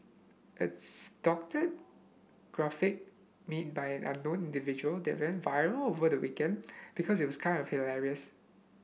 it's doctored graphic made by unknown individual that went viral over the weekend because it was kinda hilarious